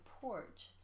porch